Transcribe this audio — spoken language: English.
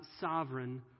sovereign